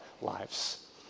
lives